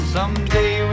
Someday